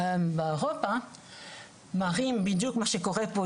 באירופה מראים בדיוק מה שקורה פה,